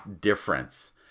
difference